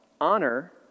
Honor